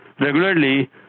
regularly